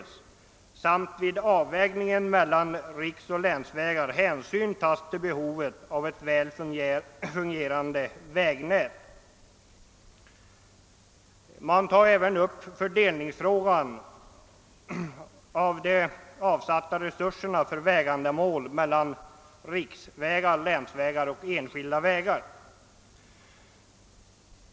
Vidare krävs att vid avvägningen mellan riksvägar och länsvägar hänsyn tas till behovet av ett väl fungerande vägnät. Man tar även upp fördelningen av de för vägändamål avsatta medlen mellan riksvägar, länsvägar och enskilda vägar.